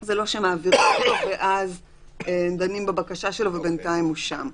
זה לא שמעבירים אותו ואז דנים בבקשה שלו ובינתיים הוא שם.